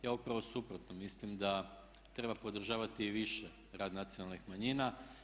Ja upravo suprotno mislim, da treba podržavati i više rad nacionalnih manjina.